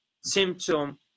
symptom